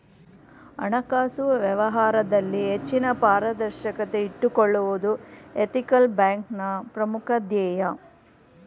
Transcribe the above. ಹಣಕಾಸು ವ್ಯವಹಾರದಲ್ಲಿ ಹೆಚ್ಚಿನ ಪಾರದರ್ಶಕತೆ ಇಟ್ಟುಕೊಳ್ಳುವುದು ಎಥಿಕಲ್ ಬ್ಯಾಂಕ್ನ ಪ್ರಮುಖ ಧ್ಯೇಯ